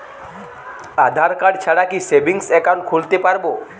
আধারকার্ড ছাড়া কি savings account খুলতে পারব?